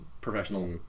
professional